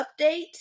update